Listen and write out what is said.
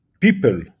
people